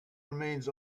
remains